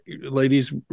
ladies